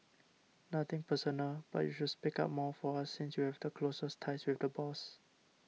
nothing personal but you should speak up more for us since you have the closest ties with the boss